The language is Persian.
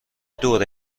دوره